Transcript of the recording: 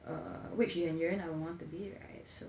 err which 演员 I would want to be right so